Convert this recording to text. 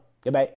Goodbye